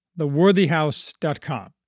theworthyhouse.com